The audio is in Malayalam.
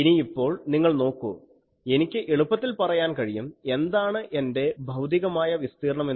ഇനിയിപ്പോൾ നിങ്ങൾ നോക്കൂ എനിക്ക് എളുപ്പത്തിൽ പറയാൻ കഴിയും എന്താണ് എൻറെ ഭൌതികമായ വിസ്തീർണം എന്ന്